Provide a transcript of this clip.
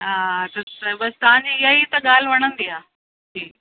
हा हा त बसि तव्हां जी इहाई त ॻाल्हि वणंदी आहे ठीकु